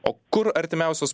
o kur artimiausius